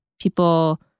people